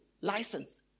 license